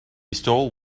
stole